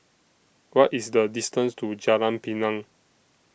What IS The distance to Jalan Pinang